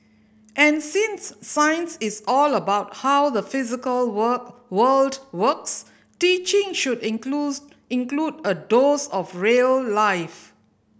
and since science is all about how the physical work world works teaching should includes include a dose of real life